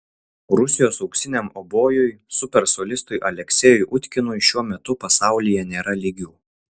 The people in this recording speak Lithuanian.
rusijos auksiniam obojui super solistui aleksejui utkinui šiuo metu pasaulyje nėra lygių